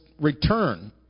return